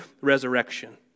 resurrection